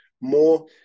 more